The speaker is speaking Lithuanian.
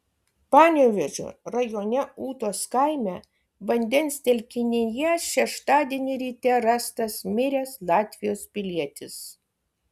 panevėžio rajone ūtos kaime vandens telkinyje šeštadienį ryte rastas miręs latvijos pilietis